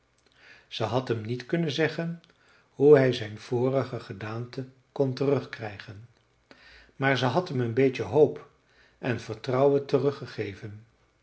ze had hem niet kunnen zeggen hoe hij zijn vorige gedaante kon terugkrijgen maar ze had hem een beetje hoop en vertrouwen teruggegeven